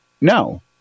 No